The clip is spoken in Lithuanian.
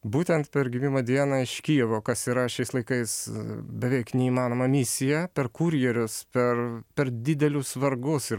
būtent per gimimo dieną iš kijevo kas yra šiais laikais beveik neįmanoma misija per kurjerius per per didelius vargus ir